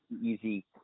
easy